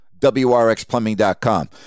WRXplumbing.com